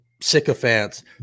sycophants